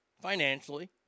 financially